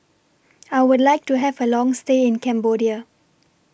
I Would like to Have A Long stay in Cambodia